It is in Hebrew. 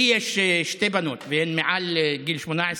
לי יש שתי בנות והן מעל גיל 18,